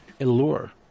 allure